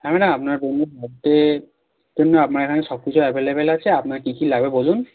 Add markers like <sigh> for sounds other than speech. হ্যাঁ ম্যাডাম আপনার বন্ধুর বার্থডের জন্যে <unintelligible> এখানে সব কিছু অ্যাভেলেবল আছে আপনার কী কী লাগবে বলুন